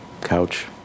couch